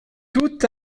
tout